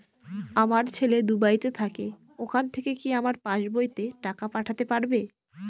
আমার ছেলে দুবাইতে থাকে ওখান থেকে কি আমার পাসবইতে টাকা পাঠাতে পারবে?